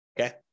Okay